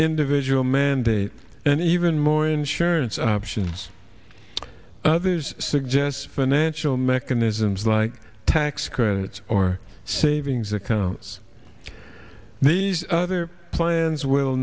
individual mandate and even more insurance options others suggest financial mechanisms like tax credits or savings accounts other plans will